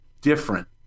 different